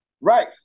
Right